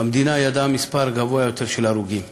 המדינה ידעה מספר גבוה יותר של הרוגים בשנה.